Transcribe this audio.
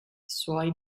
suoi